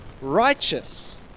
righteous